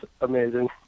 amazing